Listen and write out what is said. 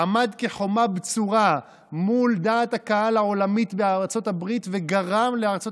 עמד כחומה בצורה מול דעת הקהל העולמית בארצות הברית וגרם לארצות